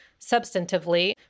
substantively